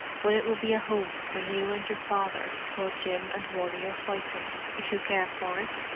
but it will be a home for you and your father while jim and wally are fighting, if you care for it.